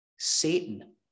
satan